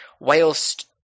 whilst